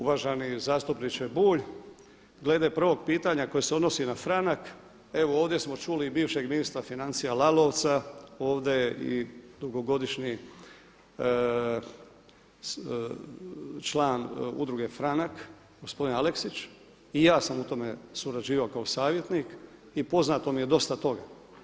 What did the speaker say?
Uvaženi zastupniče Bulj, glede prvog pitanja koje se odnosi na franak evo ovdje smo čuli i bivšeg ministra financija Lalovca, ovdje je i dugogodišnji član Udruge Franak gospodin Aleksić i ja sam u tom surađivao kao savjetnik i poznato mi je dosta toga.